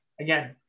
again